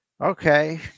okay